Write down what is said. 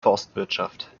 forstwirtschaft